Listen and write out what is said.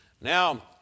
Now